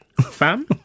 Fam